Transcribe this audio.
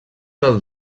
del